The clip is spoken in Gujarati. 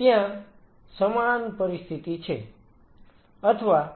ત્યાં સમાન પરિસ્થિતિ છે અથવા